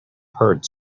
heard